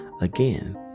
Again